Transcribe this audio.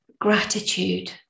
gratitude